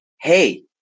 Hey